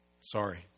Sorry